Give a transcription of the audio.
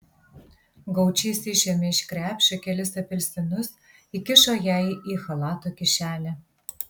gaučys išėmė iš krepšio kelis apelsinus įkišo jai į chalato kišenę